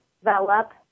develop